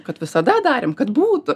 kad visada darėm kad būtų